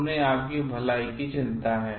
उन्हें आपकीभलाई कीचिंता है